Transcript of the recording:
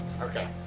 Okay